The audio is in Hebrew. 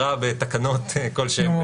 כהגדרה בתקנות כלשהן,